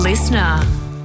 Listener